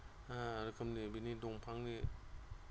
रोखोमनि बिनि बिफांनि